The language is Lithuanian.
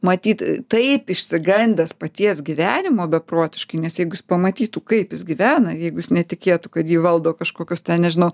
matyt taip išsigandęs paties gyvenimo beprotiškai nes jeigu jis pamatytų kaip jis gyvena jeigu jis netikėtų kad jį valdo kažkokios ten nežinau